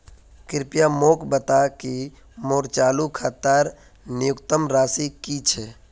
कृपया मोक बता कि मोर चालू खातार न्यूनतम राशि की छे